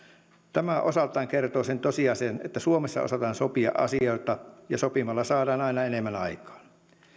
tämä osaltaan kertoo sen tosiasian että suomessa osataan sopia asioita ja sopimalla saadaan aina enemmän aikaan